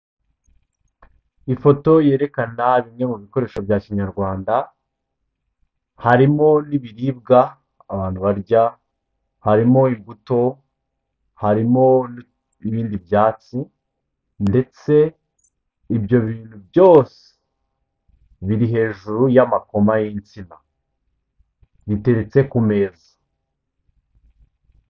Ifoto yerekana bimwe mu bikoresho bya Kinyarwanda, harimo n'ibiribwa abantu barya, harimo imbuto, harimo n'ibindi byatsi ndetse ibyo bintu byose biri hejuru y'amakoma y'insina, biteretse ku meza.